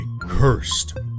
cursed